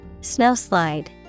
Snowslide